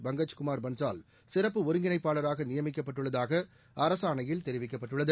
பங்கஜ்குமார் பன்சால் சிறப்பு ஒருங்கிணைப்பாளராக நியமிக்கப்பட்டுள்ளதாக அரசு ஆணையில் தெரிவிக்கப்பட்டுள்ளது